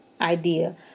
idea